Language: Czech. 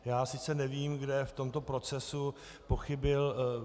Já sice nevím, kdo v tomto procesu pochybil.